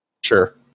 sure